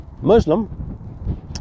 Muslim